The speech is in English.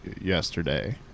yesterday